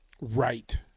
right